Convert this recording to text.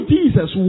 Jesus